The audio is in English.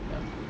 ya